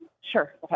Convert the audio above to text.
sure